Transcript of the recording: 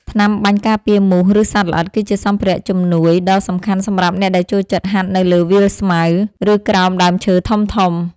ថ្នាំបាញ់ការពារមូស ឬសត្វល្អិត គឺជាសម្ភារៈជំនួយដ៏សំខាន់សម្រាប់អ្នកដែលចូលចិត្តហាត់នៅលើវាលស្មៅ ឬក្រោមដើមឈើធំៗ។